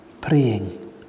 praying